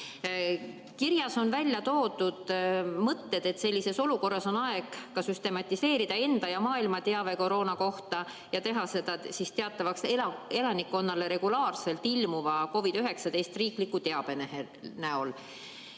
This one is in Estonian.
Kirjas on välja toodud mõtted, et sellises olukorras on aeg süstematiseerida enda ja maailma teave koroona kohta ja teha see teatavaks elanikkonnale regulaarselt ilmuva COVID-19 riikliku teabe näol.